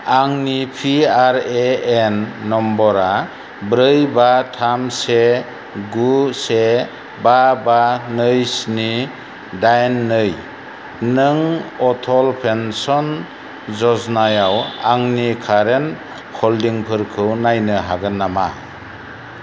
आंनि P R A N नम्बरा ब्रै बा थाम से गु से बा बा नै स्नि दाइन नै नों अटल पेन्सन य'जना याव आंनि कारेन्ट हल्डिंफोरखौ नायनो हागोन नामा